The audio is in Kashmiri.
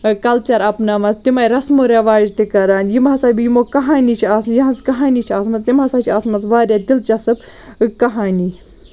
کَلچَر اپناوان تِمَے رَسمو رٮ۪واج تہِ کران یِم ہسا بیٚیہِ یِمو کہانی چھِ آسمہٕ یِہٕنٛز کہانی چھِ آسمٕژ تِم ہسا چھِ آسمَژ واریاہ دِلچَسپ کہانی